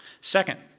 Second